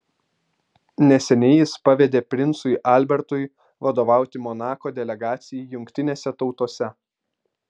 neseniai jis pavedė princui albertui vadovauti monako delegacijai jungtinėse tautose